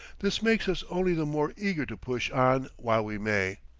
this makes us only the more eager to push on while we may.